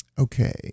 Okay